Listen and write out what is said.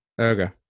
okay